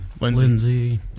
Lindsay